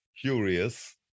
curious